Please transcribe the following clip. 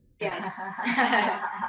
Yes